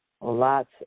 Lots